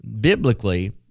biblically